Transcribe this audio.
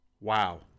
wow